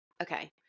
Okay